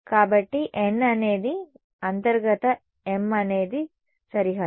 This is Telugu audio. కాబట్టి n అనేది అంతర్గత m అనేది సరిహద్దు